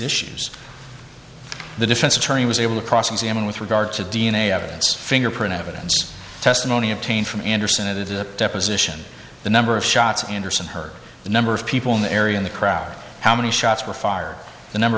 issues the defense attorney was able to cross examine with regard to d n a evidence fingerprint evidence testimony obtained from anderson it is a deposition the number of shots anderson heard the number of people in the area in the crowd how many shots were fired the number